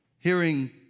hearing